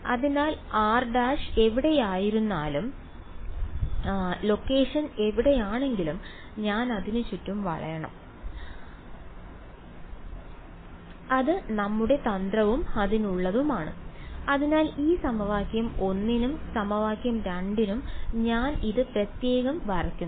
അതിനാൽ r′ എവിടെയായിരുന്നാലും ലൊക്കേഷൻ എവിടെയാണെങ്കിലും ഞാൻ അതിന് ചുറ്റും വളയണം അത് നമ്മുടെ തന്ത്രവും അതിനുള്ളതുമാണ് അതിനാൽ ഇത് സമവാക്യം 1 നും സമവാക്യം 2 നും ഞാൻ ഇത് പ്രത്യേകം വരയ്ക്കുന്നു